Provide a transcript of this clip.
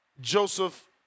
Joseph